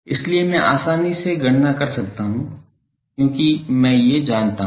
इसलिए मैं आसानी से गणना कर सकता हूं क्योंकि मैं ये जानता हूं